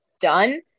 done